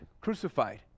crucified